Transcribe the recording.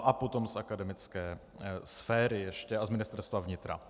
A potom z akademické sféry ještě a z Ministerstva vnitra.